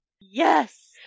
Yes